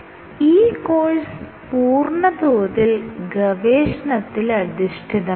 ഈ കോഴ്സ് പൂർണതോതിൽ ഗവേഷണത്തിൽ അധിഷ്ടിതമാണ്